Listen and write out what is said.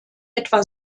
etwa